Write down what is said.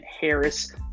Harris